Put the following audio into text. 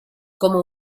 como